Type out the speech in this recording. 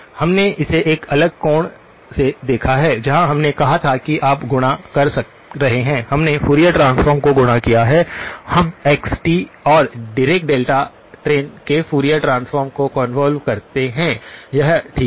हमने इसे एक अलग कोण से देखा है जहां हमने कहा था कि आप गुणा कर रहे हैं हमने फूरियर ट्रांसफॉर्म को गुणा किया है हम x और डीरेक डेल्टा ट्रेन के फूरियर ट्रांसफॉर्म को कॉन्वॉल्व करते हैं यह ठीक है